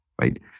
right